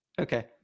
Okay